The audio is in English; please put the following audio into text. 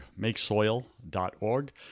makesoil.org